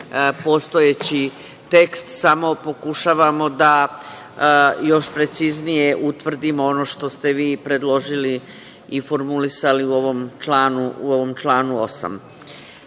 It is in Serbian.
postojeći tekst, samo pokušavamo da još preciznije utvrdimo ono što ste vi predložili i formulisali u ovom članu